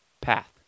path